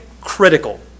critical